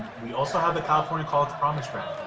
we also have the california college promise grant,